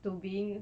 to being